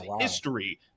history